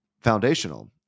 foundational